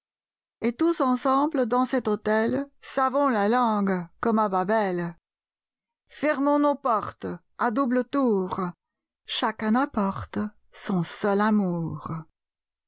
et tous ensemble dans cet hôtel savons la langue comme à babel fermons nos portes à double tour chacun apporte son seul amour